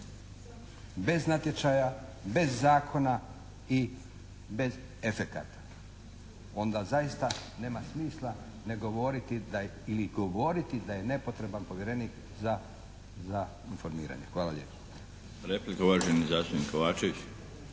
Bez natječaja, bez zakona i bez efekata, onda zaista nema smisla ne govoriti ili govoriti da je nepotreban povjerenik za informiranje. Hvala lijepo.